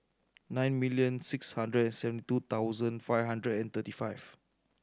nine million six hundred and seventy two thousand five hundred and thirty five